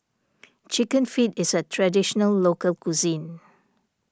Chicken Feet is a Traditional Local Cuisine